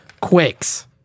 quakes